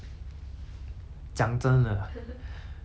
okay err 第一大概